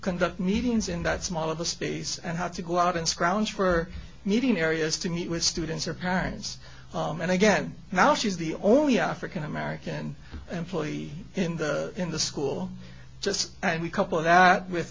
conduct meetings in that small of a space and had to go out and scrounge for needing areas to meet with students or parents and again now she's the only african american employee in the in the school just and we couple that with